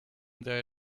their